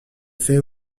fait